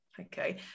okay